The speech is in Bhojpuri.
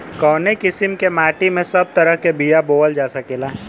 कवने किसीम के माटी में सब तरह के बिया बोवल जा सकेला?